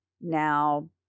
Now